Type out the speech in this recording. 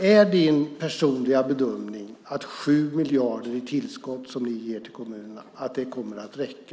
Är din personliga bedömning, Jörgen, att 7 miljarder i tillskott till kommunerna kommer att räcka?